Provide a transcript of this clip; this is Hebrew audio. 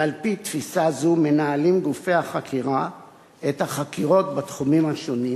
ועל-פי תפיסה זו מנהלים גופי החקירה את החקירות בתחומים השונים.